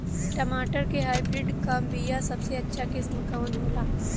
टमाटर के हाइब्रिड क बीया सबसे अच्छा किस्म कवन होला?